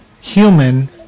human